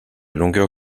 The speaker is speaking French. longueur